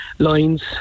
lines